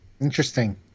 Interesting